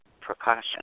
precaution